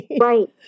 Right